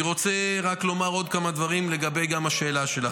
אני רוצה רק לומר עוד כמה דברים לגבי השאלה שלך.